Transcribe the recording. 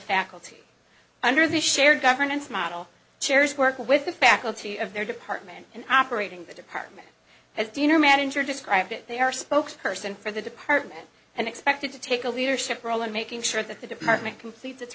faculty under the shared governance model chairs work with the faculty of their department and operating the department as dean or manager describe it they are a spokesperson for the department and expected to take a leadership role in making sure that the department completes